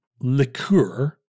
liqueur